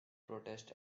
protest